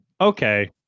Okay